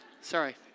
Sorry